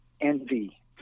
envy